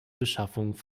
beschaffung